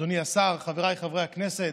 אדוני השר, חבריי חברי הכנסת,